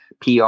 PR